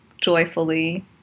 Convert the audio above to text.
joyfully